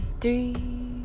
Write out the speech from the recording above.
three